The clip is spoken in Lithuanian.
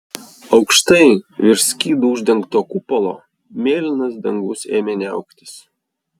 aukštai virš skydu uždengto kupolo mėlynas dangus ėmė niauktis